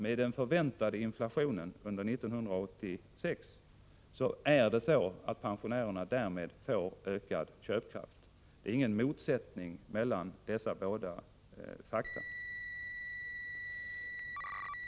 Med den förväntade låga inflationen under 1986 får pensionärerna ökad köpkraft. Det är ingen motsättning mellan dessa båda fakta.